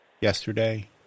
yesterday